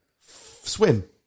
Swim